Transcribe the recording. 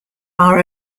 are